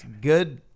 Good